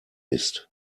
ist